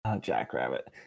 Jackrabbit